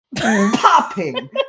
popping